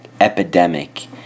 Epidemic